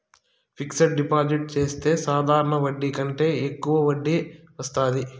fixed deposit చెత్తే సాధారణ వడ్డీ కంటే యెక్కువ వడ్డీ వత్తాది